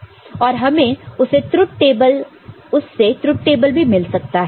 और हमें उससे ट्रुथ टेबल भी मिल सकता है